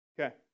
Okay